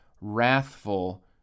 wrathful